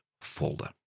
folder